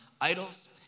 idols